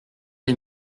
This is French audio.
les